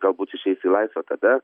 galbūt išeis į laisvę tada